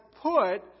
put